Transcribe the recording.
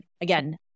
again